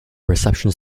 receptions